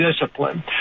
discipline